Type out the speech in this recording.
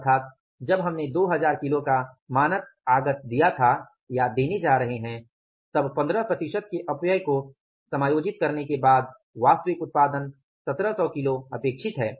अर्थात जब हमने 2000 किलो का मानक आगत दिया या देने जा रहे है तब 15 प्रतिशत के अपव्यय को समायोजित करने के बाद वास्तविक उत्पादन 1700 किलो अपेक्षित है